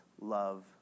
love